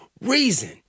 reason